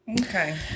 Okay